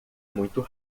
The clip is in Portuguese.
muito